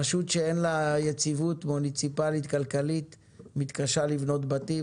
רשות שאין לה יציבות מוניציפלית כלכלית מתקשה לבנות בתים,